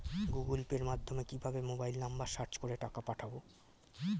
Google পের মাধ্যমে কিভাবে মোবাইল নাম্বার সার্চ করে টাকা পাঠাবো?